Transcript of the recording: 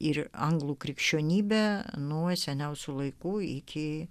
ir anglų krikščionybę nuo seniausių laikų iki